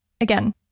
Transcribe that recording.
Again